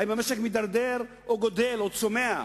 אם המשק מידרדר או גדל או צומח.